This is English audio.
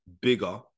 bigger